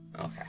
Okay